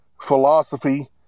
philosophy